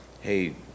hey